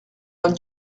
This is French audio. donne